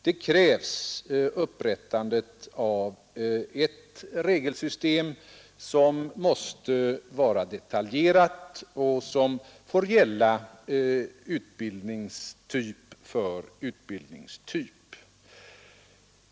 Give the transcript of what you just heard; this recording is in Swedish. Det krävs upprättande av ett regelsystem som måste vara detaljerat och som får gälla utbildningstyp för utbildningstyp.